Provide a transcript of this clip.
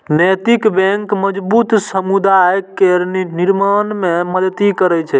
नैतिक बैंक मजबूत समुदाय केर निर्माण मे मदति करै छै